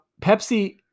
pepsi